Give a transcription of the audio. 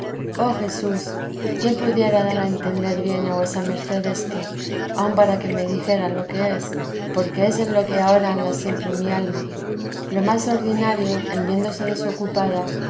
oh jesús quién pudiera dar a entender bien a vuesa merced esto aun para que me dijera lo que es porque es en lo que ahora anda siempre mi alma lo más ordinario en a íéndose desocupada